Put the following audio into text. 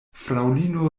fraŭlino